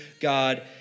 God